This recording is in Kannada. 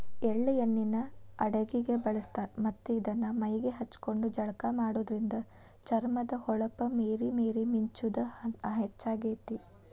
ಎಳ್ಳ ಎಣ್ಣಿನ ಅಡಗಿಗೆ ಬಳಸ್ತಾರ ಮತ್ತ್ ಇದನ್ನ ಮೈಗೆ ಹಚ್ಕೊಂಡು ಜಳಕ ಮಾಡೋದ್ರಿಂದ ಚರ್ಮದ ಹೊಳಪ ಮೇರಿ ಮೇರಿ ಮಿಂಚುದ ಹೆಚ್ಚಾಗ್ತೇತಿ